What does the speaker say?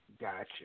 Gotcha